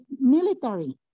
military